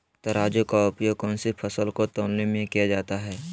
तराजू का उपयोग कौन सी फसल को तौलने में किया जाता है?